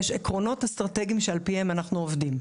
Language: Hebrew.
יש עקרונות אסטרטגיים שעל פיהם אנחנו עובדים.